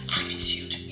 attitude